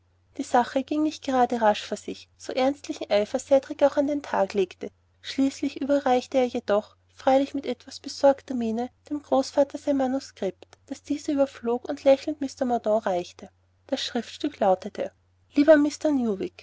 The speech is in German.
die sache ging nicht gerade rasch vor sich so ernstlichen eifer cedrik auch an den tag legte schließlich überreichte er jedoch freilich mit etwas besorgter miene dem großvater sein manuskript das dieser überflog und lächelnd mr mordaunt reichte das schriftstück lautete lieber